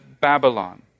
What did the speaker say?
Babylon